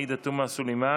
עאידה תומא סלימאן,